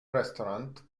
restaurant